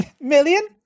million